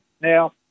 Now